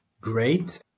great